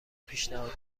پیشنهاد